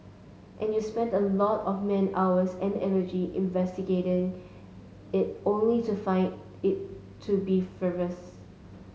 and you spend a lot of man hours and energy investigating it only to find it to be frivolous